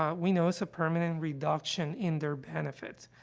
um we know as a permanent reduction in their benefits.